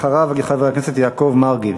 אחריו, חבר הכנסת יעקב מרגי.